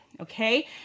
Okay